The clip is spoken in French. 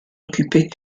occupé